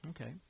Okay